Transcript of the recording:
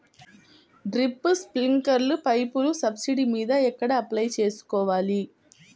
Drip, స్ప్రింకర్లు పైపులు subsidy మీద ఎక్కడ అప్లై చేసుకోవాలి?